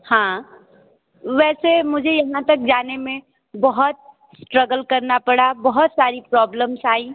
हाँ वैसे मुझे यहाँ तक जाने में बहुत स्ट्रगल करना पड़ा बहुत सारी प्रॉब्लम्स आई